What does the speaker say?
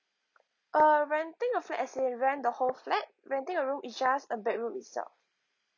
uh renting a flat as in rent the whole flat renting a room it's just a bedroom itself